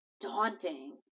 daunting